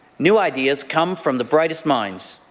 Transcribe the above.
new ideas come from the brightest minds.